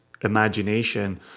imagination